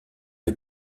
les